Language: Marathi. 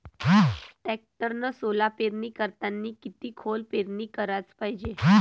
टॅक्टरनं सोला पेरनी करतांनी किती खोल पेरनी कराच पायजे?